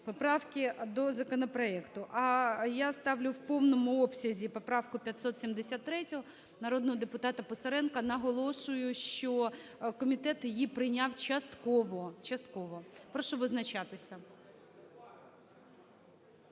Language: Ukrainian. поправки до законопроекту. А я ставлю в повному обсязі поправку 573 народного депутата Писаренка. Наголошую, що комітет її прийняв частково. Частково. Прошу визначатися.